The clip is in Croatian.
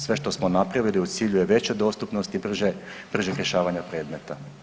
Sve što smo napravili u cilju je veće dostupnosti i bržeg rješavanja predmeta.